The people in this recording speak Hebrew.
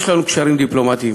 יש לנו קשרים דיפלומטיים